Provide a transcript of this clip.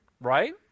right